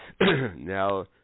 Now